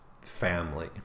family